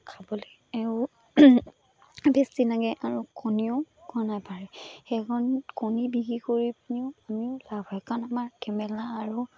খাবলৈয়ো বেছি লাগে আৰু কণীও ঘনাই পাৰে সেইকাৰণে কণী বিক্ৰী কৰি পিনিও আমিও লাভ হয় কাৰণ আমাৰ কেম্বেল হাঁহ আৰু